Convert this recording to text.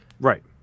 Right